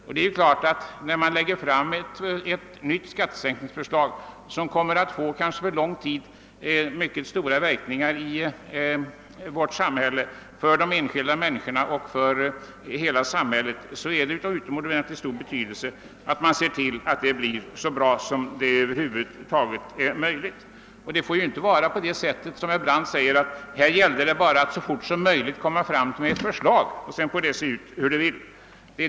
Det är också klart att när man lägger fram ett nytt skattesänkningsförslag, som kanske för lång tid kommer att få mycket stora verkningar för de enskilda människorna och för hela vårt samhälle, har det utomordentligt stor betydelse att förslaget blir så bra som det över huvud taget är möjligt. Man får inte som herr Brandt hävda att det här bara gällt att snabbt komma fram med ett förslag, och sedan får detta se ut hur det vill.